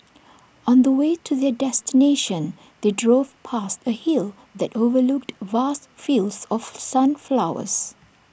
on the way to their destination they drove past A hill that overlooked vast fields of sunflowers